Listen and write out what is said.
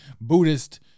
Buddhist